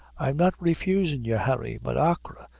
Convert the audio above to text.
i'm not refusin' you, harry but achora,